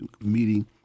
meeting